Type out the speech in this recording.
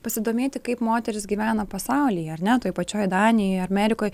pasidomėti kaip moterys gyvena pasaulyje ar ne toj pačioj danijoj amerikoj